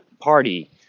party